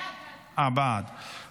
מירב בן ארי (יש עתיד): בעד, בעד.